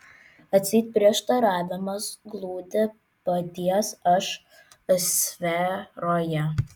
atseit prieštaravimas glūdi paties aš sferoje